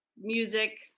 music